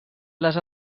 les